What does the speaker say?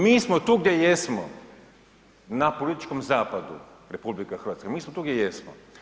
Mi smo tu gdje jesmo, na političkom zapadu RH, mi smo tu gdje jesmo.